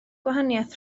gwahaniaeth